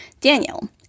Daniel